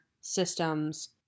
systems